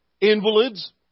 invalids